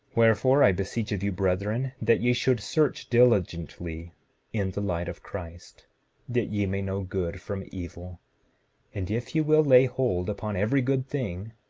wherefore, i beseech of you, brethren, that ye should search diligently in the light of christ that ye may know good from evil and if ye will lay hold upon every good thing,